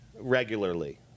regularly